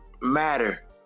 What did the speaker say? matter